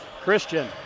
Christian